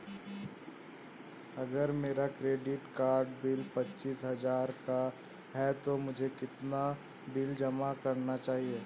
अगर मेरा credit card bill पच्चीस हजार का है तो मुझे कितना बिल जमा करना चाहिए?